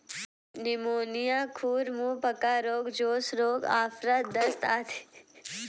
pneumonia, खुर मुँह पका रोग, जोन्स रोग, आफरा, दस्त आदि रोग भी बकरियों को होता है